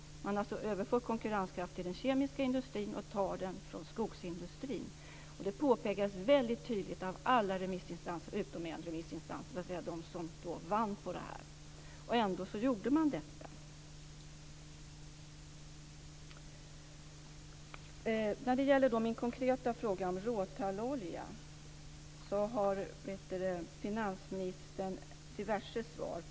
Man överför alltså konkurrenskraft till den kemiska industrin från skogsindustrin. Detta påpekades väldigt tydligt från alla remissinstanser utom från en remissinstans, som själv vann på att skatten infördes. Ändå genomförde man detta. När det gäller min konkreta fråga om råtallolja har finansministern lämnat diverse svar.